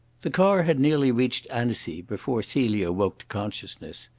the car had nearly reached annecy before celia woke to consciousness.